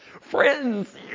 Friends